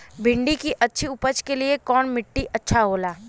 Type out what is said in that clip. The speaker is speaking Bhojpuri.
भिंडी की अच्छी उपज के लिए कवन मिट्टी अच्छा होला?